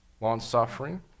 long-suffering